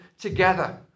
together